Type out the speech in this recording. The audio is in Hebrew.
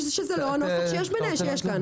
קודם שזה לא הנוסח שיש כאן.